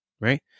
right